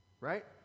right